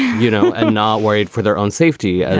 you know, i'm not worried for their own safety, and